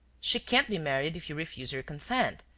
she can't be married if you refuse your consent.